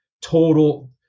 total